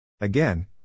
Again